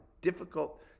difficult